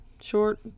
short